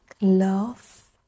love